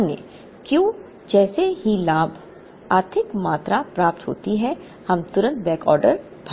अन्य Q जैसे ही लाभ आर्थिक मात्रा प्राप्त होती है हम तुरंत बैकऑर्डर भरते हैं